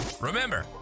Remember